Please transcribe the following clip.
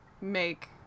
make